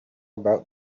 about